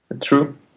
True